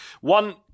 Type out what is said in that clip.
One